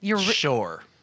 Sure